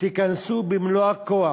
תיכנסו במלוא הכוח,